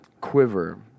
quiver